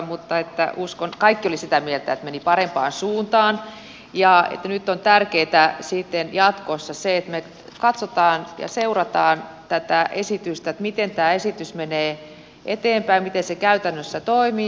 uskon että kaikki olivat sitä mieltä että asia meni parempaan suuntaan ja että on tärkeätä sitten jatkossa se että me katsomme ja seuraamme tätä esitystä miten tämä esitys menee eteenpäin miten se käytännössä toimii